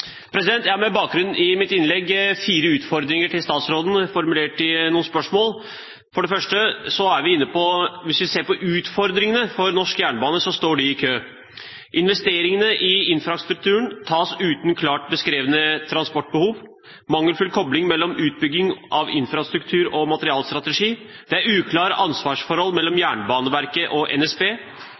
ulønnsomt. Jeg har med bakgrunn i mitt innlegg fire utfordringer til statsråden, formulert i noen spørsmål. For det første: Hvis vi ser på utfordringene for norsk jernbane, står de i kø. Investeringene i infrastrukturen foretas uten klart beskrevne transportbehov, det er mangelfull kobling mellom utbygging av infrastruktur og materialstrategi, og det er uklare ansvarsforhold mellom Jernbaneverket og NSB.